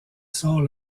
sort